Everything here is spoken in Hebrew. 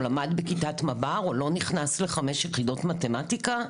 למד בכיתת מב"ר או לא נכנס לחמש יחידות מתמטיקה,